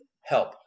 help